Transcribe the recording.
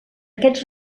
aquests